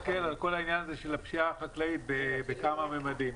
להסתכל על כל העניין הזה של הפשיעה החקלאית בכמה ממדים.